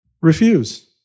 Refuse